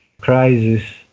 crisis